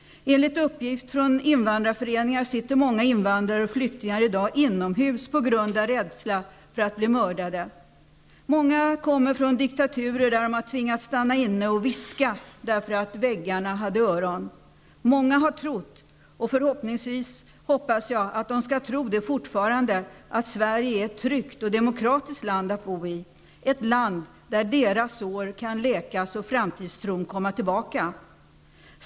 Enligt uppgift från invandrarföreningar sitter många invandrare och flyktingar i dag inomhus på grund av rädslan för att bli mördade. Många kommer från diktaturer där de tvingats stanna inne och viska, därför att väggarna hade öron. Många har trott, och jag hoppas att de skall fortsätta att tro det, att Sverige är ett tryggt och demokratiskt land att bo i -- ett land där deras sår kan läkas och framtidstron komma tillbaka.